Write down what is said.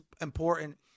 important